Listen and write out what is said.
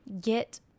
get